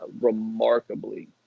remarkably